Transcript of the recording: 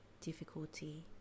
Difficulty